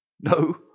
No